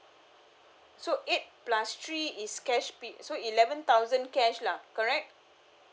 so eight plus three is cash gift so eleven thousand cash lah correct